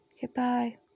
goodbye